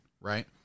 right